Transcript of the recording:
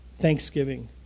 thanksgiving